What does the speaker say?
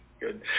good